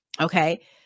Okay